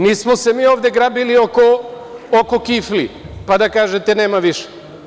Nismo se mi ovde grabili oko kifli, pa da kažete – nema više.